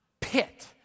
pit